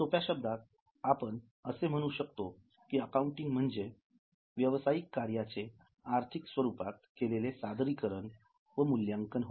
सोप्या शब्दात आपण असे म्हणू शकतो की अकाउंटिंग म्हणजे व्यवसायिक कार्याचे आर्थिक स्वरूपात केलेले सादरीकरण व मूल्यांकन होय